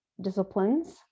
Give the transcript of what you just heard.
disciplines